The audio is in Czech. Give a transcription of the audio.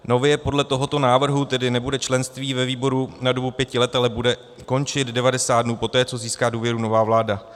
Nově podle tohoto návrhu tedy nebude členství ve výboru na dobu pěti let, ale bude končit devadesát dnů poté, co získá důvěru nová vláda.